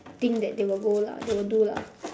thing that they will go lah they will do lah